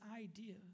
idea